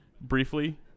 briefly